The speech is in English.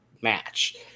match